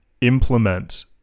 implement